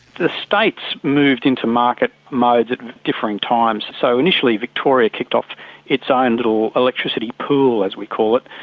the states moved into market mode at different times, so initially victoria kicked off its own little electricity pool, as we call it,